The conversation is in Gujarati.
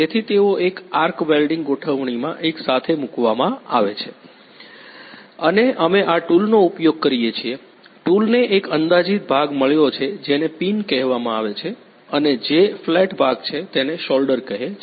તેથી તેઓ એક આર્ક વેલ્ડીંગ ગોઠવણીમાં એક સાથે મૂકવામાં આવે છે અને અમે આ ટૂલનો ઉપયોગ કરીએ છીએ ટૂલને એક અંદાજિત ભાગ મળ્યો છે જેને પિન કહેવામાં આવે છે અને જે ફ્લેટ ભાગ છે તેને શોલ્ડર કહે છે